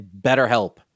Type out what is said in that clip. BetterHelp